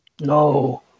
No